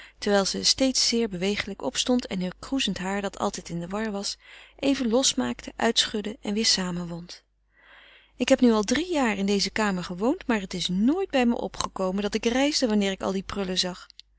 terwijl ze steeds zeer beweeglijk opstond en heur kroezend haar dat altijd in de war was even losmaakte uitschudde en weder samenwond ik heb nu al drie jaar in deze kamer gewoond maar het is nooit bij me opgekomen dat ik reisde wanneer ik al die prullen zag